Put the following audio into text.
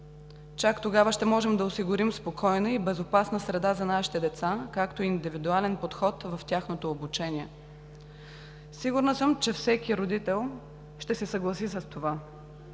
Чак тогава ще можем да осигурим спокойна и безопасна среда за нашите деца, както и индивидуален подход в тяхното обучение. Сигурна съм, че всеки родител ще се съгласи с това.